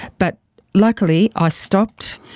but luckily i stopped,